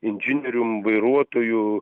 inžinierium vairuotoju